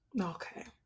Okay